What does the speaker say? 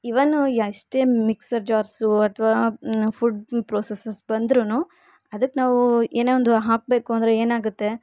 ಇವನ್ ಎಷ್ಟೇ mixer jars ಅಥ್ವಾ food processes ಬಂದ್ರೂ ಅದಕ್ಕೆ ನಾವೂ ಏನೇ ಒಂದು ಹಾಕಬೇಕು ಅಂದರೆ ಏನಾಗತ್ತೆ